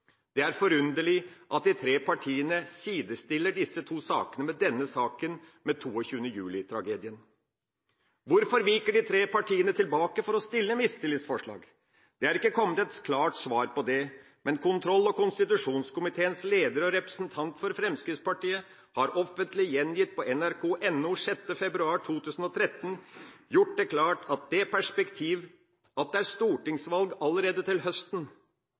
Det er forunderlig at de tre partiene sidestiller disse to sakene med denne saken, med 22. juli-tragedien. Hvorfor viker de tre partiene tilbake for å stille mistillitsforslag? Det er ikke kommet et klart svar på det. Men kontroll- og konstitusjonskomiteens leder og representant for Fremskrittspartiet har offentlig – gjengitt på nrk.no 6. februar 2013 – gjort det klart at det perspektiv at det er stortingsvalg allerede til høsten,